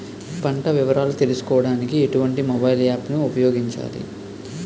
పంట వివరాలు తెలుసుకోడానికి ఎటువంటి మొబైల్ యాప్ ను ఉపయోగించాలి?